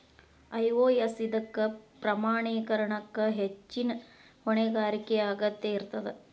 IOS ಇದಕ್ಕ ಪ್ರಮಾಣೇಕರಣಕ್ಕ ಹೆಚ್ಚಿನ್ ಹೊಣೆಗಾರಿಕೆಯ ಅಗತ್ಯ ಇರ್ತದ